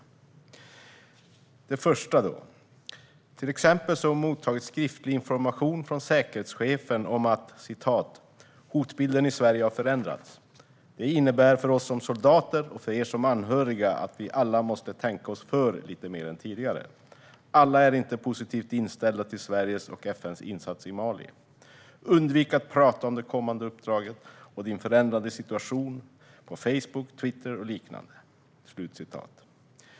När det gäller det första har denna anhöriga till exempel mottagit skriftlig information från säkerhetschefen om detta: "Hotbilden i Sverige har förändrats. Detta innebär för oss som soldater och för er som anhöriga att vi alla måste tänka oss för lite mer än tidigare. Alla är inte positivt inställda till Sveriges och FN:s insats i Mali. Undvik att prata om det kommande uppdraget och din förändrade situation på Facebook, Twitter och liknande."